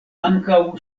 ankaŭ